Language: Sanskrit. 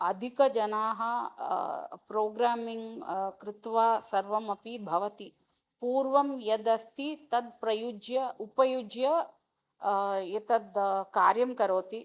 अधिकाः जनाः प्रोग्रामिङ्ग् कृत्वा सर्वमपि भवति पूर्वं यदस्ति तद् प्रयुज्य उपयुज्य एतद् कार्यं करोति